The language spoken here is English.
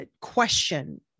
question